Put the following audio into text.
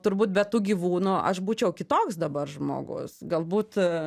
turbūt be tų gyvūnų aš būčiau kitoks dabar žmogus galbūt